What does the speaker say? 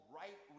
right